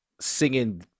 singing